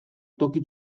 toki